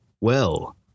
Well